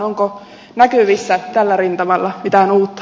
onko näkyvissä tällä rintamalla mitään uutta